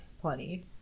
Plenty